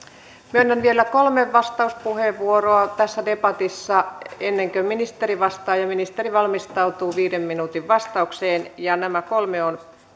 myönnän vielä kolme vastauspuheenvuoroa tässä debatissa ennen kuin ministeri vastaa ja ministeri valmistautuu viiden minuutin vastaukseen nämä kolme